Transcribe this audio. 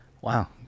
wow